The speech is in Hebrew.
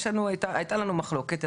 הייתה לנו מחלוקת,